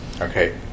okay